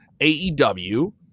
AEW